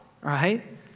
right